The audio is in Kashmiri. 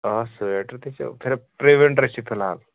آ سِویٹَر تہِ چھِ پِرٛ وِنٛٹَر چھِ فِلحال